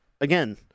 again